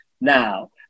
now